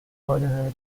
ordinary